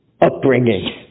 upbringing